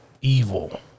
evil